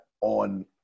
on